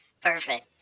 Perfect